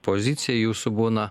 pozicija jūsų būna